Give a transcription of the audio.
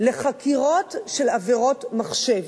לחקירות של עבירות מחשב.